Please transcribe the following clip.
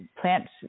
plants